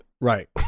right